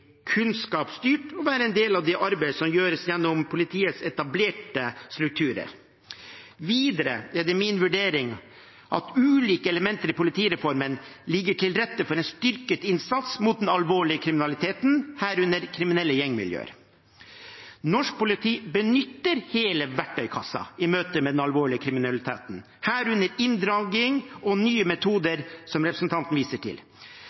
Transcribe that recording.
kunnskapsstyrt og være en del av det arbeidet som gjøres gjennom politiets etablerte strukturer. Videre er det min vurdering at ulike elementer i politireformen legger til rette for en styrket innsats mot den alvorlige kriminaliteten, herunder kriminelle gjengmiljøer. Norsk politi benytter hele verktøykassen i møte med den alvorlige kriminaliteten, herunder inndragning og nye metoder, som representanten viser til.